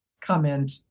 comment